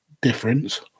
difference